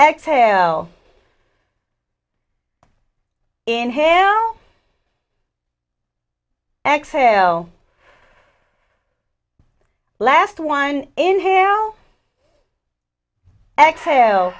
exhale in hand exhale last one inhale exhale